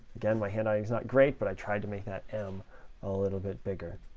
again, my handwriting is not great, but i tried to make that m a little bit bigger.